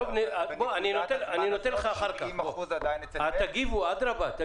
אחר כך תגיבו.